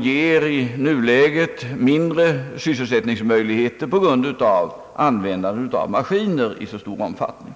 ger i nuläget mindre sysselsättningsmöjligheter på grund av användandet av maskiner i så stor omfattning.